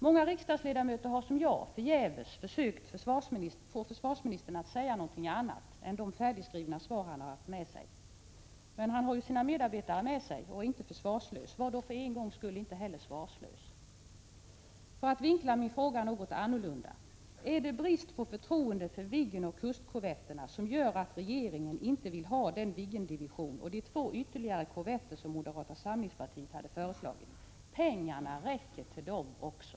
Många riksdagsledamöter har, som jag, förgäves försökt få ur försvarsministern något annat än de färdigskrivna svar han haft med sig, men han har ju sina medarbetare med sig och är inte försvarslös. Var då för en gångs skull inte heller svarslös! För att vinkla min fråga något annorlunda: Är det brist på förtroende för Viggen och kustkorvetterna som gör att regeringen inte vill ha den Viggendivision och de två ytterligare korvetter som moderata samlingspartiet föreslagit? Pengarna räcker till dem också.